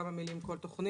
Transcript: כמה מילים על כל תוכנית,